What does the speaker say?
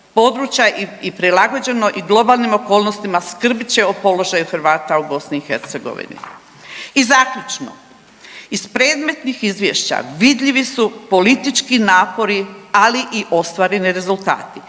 I zaključno, iz predmetnih izvješća vidljivi su politički napori, ali i ostvareni rezultati.